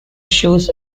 issues